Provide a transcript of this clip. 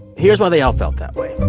here's why they all felt that way.